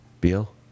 Beal